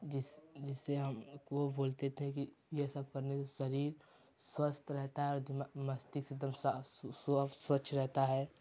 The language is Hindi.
जिस जिससे हम को बोलते थे कि यह सब करने से शरीर स्वस्थ रहता है और दिमाग मस्तिष्क स्वस्थ स्वच्छ रहता है